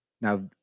Now